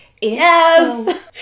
Yes